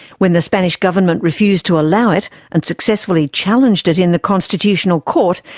when the spanish government refused to allow it and successfully challenged it in the constitutional court,